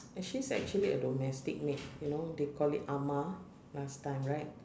and she's actually a domestic maid you know they call it amah last time right